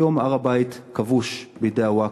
היום הר-הבית כבוש בידי הווקף.